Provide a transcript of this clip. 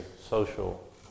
social